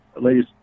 ladies